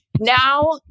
Now